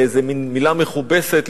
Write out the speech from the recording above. למין מלה מכובסת,